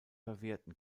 verwerten